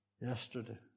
yesterday